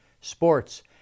sports